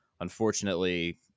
unfortunately